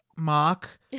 Mark